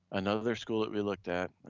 another school that we looked at,